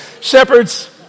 Shepherds